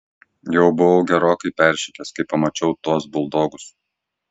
jau buvau gerokai peršikęs kai pamačiau tuos buldogus